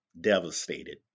devastated